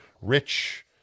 rich